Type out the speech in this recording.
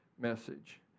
message